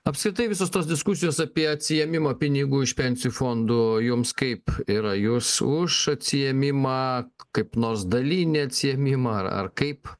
apskritai visos tos diskusijos apie atsiėmimą pinigų iš pensijų fondų jums kaip yra jūs už atsiėmimą kaip nors dalinį atsiėmimą ar ar kaip